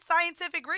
scientific